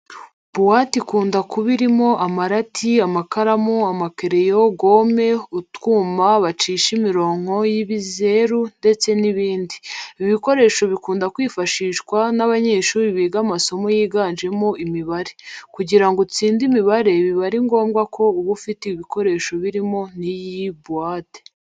Buwate ikunda kuba irimo amarati, amakaramu, amakereyo, gome, utwuma bacisha imirongo y'ibizeru ndetse n'ibindi. Ibi bikoresho bikunda kwifashishwa n'abanyeshuri biga amasomo yiganjemo imibare. Kugira ngo utsinde imibare biba ari ngombwa ko uba ufite ibikoresho birimo n'iyi buwate.